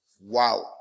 wow